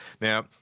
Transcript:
Now